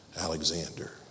Alexander